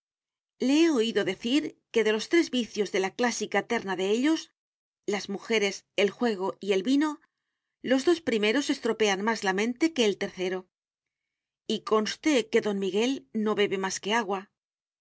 le he oído decir que de los tres vicios de la clásica terna de ellos las mujeres el juego y el vino los dos primeros estropean más la mente que el tercero y conste que don miguel no bebe más que agua